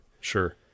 Sure